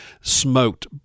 smoked